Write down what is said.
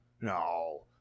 no